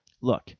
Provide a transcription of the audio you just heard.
Look